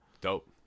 Dope